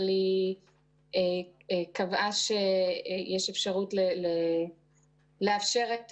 אבל חוות הדעת שלנו קבעה שיש אפשרות לאשר את